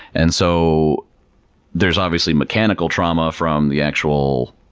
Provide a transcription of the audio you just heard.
and so there's obviously mechanical trauma from the actual